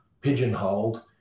pigeonholed